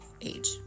age